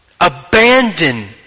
abandon